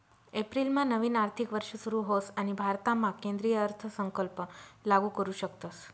एप्रिलमा नवीन आर्थिक वर्ष सुरू होस आणि भारतामा केंद्रीय अर्थसंकल्प लागू करू शकतस